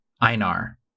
Einar